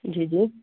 ਜੀ ਜੀ